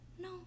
no